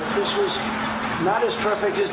this was not as perfect as